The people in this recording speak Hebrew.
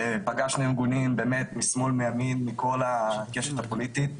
פגשנו ארגונים באמת משמאל מימין מכל הקשת הפוליטית,